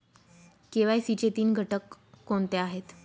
KYC चे तीन घटक कोणते आहेत?